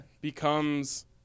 Becomes